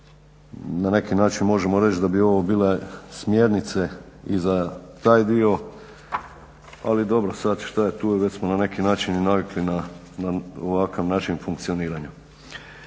na neki način možemo reći da bi ovo bile smjernice i za taj dio, ali dobro sad, šta je tu je, već smo na neki način i navikli na ovakav način funkcioniranja.